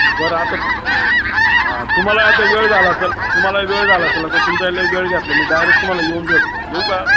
बरं आता हां तुम्हाला आता वेळ झाला असेल तुम्हाला वेळ झाला असेल आता तुमचा लय वेळ घेतला मी डायरेक तुम्हाला येऊन भेटतो येऊ का